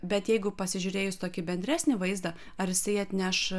bet jeigu pasižiūrėjus tokį bendresnį vaizdą ar jisai atneš